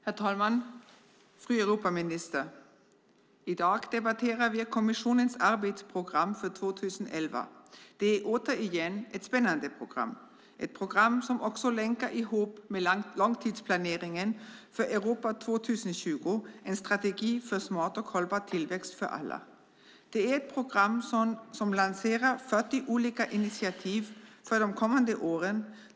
Herr talman och fru Europaminister! I dag debatterar vi kommissionens arbetsprogram för 2011. Det är återigen ett spännande program. Det är ett program som också länkar ihop med långtidsplaneringen för Europa 2020 - en strategi för smart och hållbar tillväxt för alla. Det är ett program som lanserar 40 olika alternativ för de kommande åren.